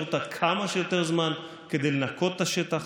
אותה כמה שיותר זמן כדי לנקות את השטח,